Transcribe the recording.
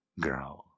girl